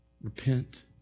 Repent